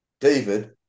David